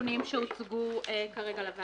והתיקונים שהוצגו כרגע לוועדה.